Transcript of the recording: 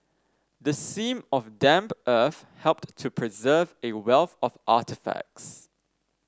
the seam of damp earth helped to preserve a wealth of artefacts